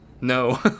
no